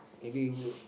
maybe